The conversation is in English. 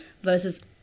versus